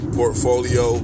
portfolio